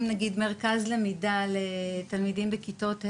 נגיד מרכז למידה לתלמידים בכיתות ה'-ו',